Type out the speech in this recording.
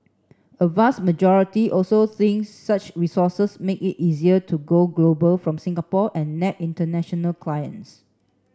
a vast majority also thinks such resources make it easier to go global from Singapore and nab international clients